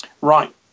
right